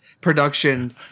production